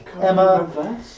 Emma